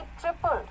tripled